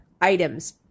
items